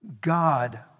God